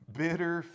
bitter